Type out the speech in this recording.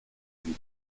huit